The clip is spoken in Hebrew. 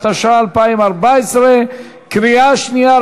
התשע"ה 2014. קריאה שנייה,